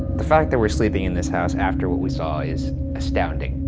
the fact that we're sleeping in this house after what we saw is astounding.